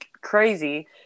crazy